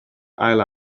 ail